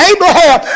Abraham